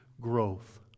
growth